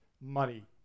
money